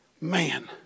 man